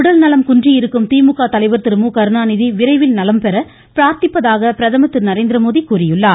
உடல்நலம் குன்றியிருக்கும் திமுக தலைவர் திரு மு கருணாநிதி விரைவில் நலம்பெற பிரார்த்திப்பதாக பிரதமர் திரு நரேந்திரமோடி கூறியுள்ளார்